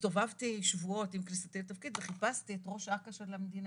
הסתובבתי שבועות עם כניסתי לתפקיד וחיפשתי את ראש אכ"א של המדינה.